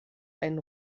einen